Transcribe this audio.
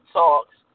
talks